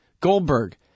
Goldberg